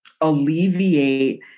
alleviate